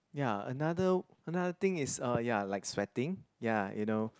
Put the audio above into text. ya another another thing is uh ya like sweating ya you know